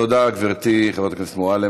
תודה, גברתי, חברת הכנסת מועלם.